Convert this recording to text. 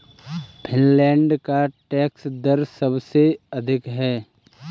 Finland का tax दर सबसे अधिक है